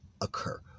occur